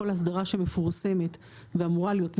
כל הסדרה שמפורסמת ואמורה להיות מפורסמת,